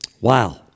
Wow